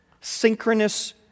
Synchronous